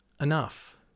enough